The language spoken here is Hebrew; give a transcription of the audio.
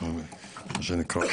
מה שנקרא,